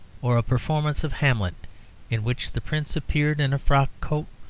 or a performance of hamlet in which the prince appeared in a frock-coat,